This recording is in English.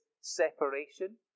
separation